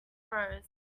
prose